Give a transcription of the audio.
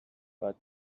but